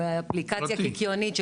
עם אפליקציה קיקיונית,